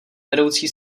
vedoucí